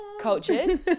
Cultured